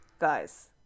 guys